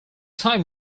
time